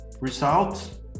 result